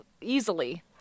easily